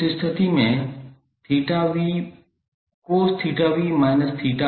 उस स्थिति में cos𝜃𝑣−𝜃𝑖1